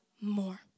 more